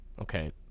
okay